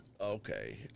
Okay